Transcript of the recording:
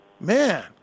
Man